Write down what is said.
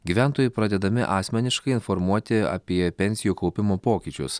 gyventojai pradedami asmeniškai informuoti apie pensijų kaupimo pokyčius